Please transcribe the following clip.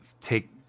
take